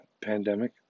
pandemic